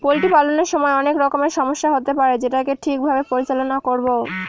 poultry পালনের সময় অনেক রকমের সমস্যা হতে পারে যেটাকে ঠিক ভাবে পরিচালনা করবো